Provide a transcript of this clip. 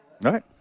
right